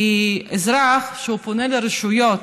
כי אזרח שפונה לרשויות